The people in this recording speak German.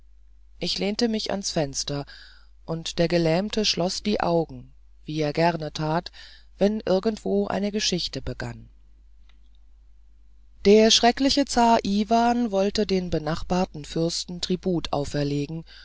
ich lehnte mich ans fenster und der gelähmte schloß die augen wie er gerne tat wenn irgendwo eine geschichte begann der schreckliche zar iwan wollte den benachbarten fürsten tribut auferlegen